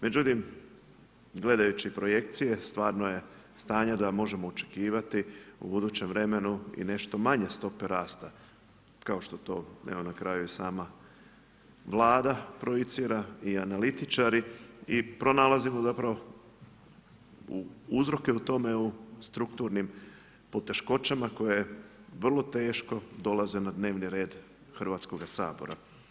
Međutim, gledajući projekcije stvarno je stanje da možemo očekivati u budućem vremenu i nešto manje stope rasta, kao što je to evo na kraju sama Vlada projicira i analitičari i pronalazimo zapravo uzroke u tome u strukturnim poteškoćama koje vrlo teško dolaze na red Hrvatskog sabora.